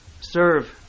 serve